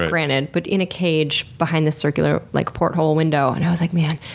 granted, but in a cage behind the circular, like porthole window and i was like, man.